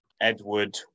Edward